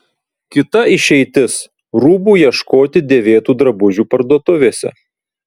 kita išeitis rūbų ieškoti dėvėtų drabužių parduotuvėse